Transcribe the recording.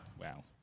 Wow